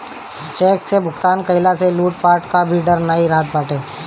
check से भुगतान कईला से लूटपाट कअ भी डर नाइ रहत बाटे